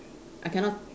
I cannot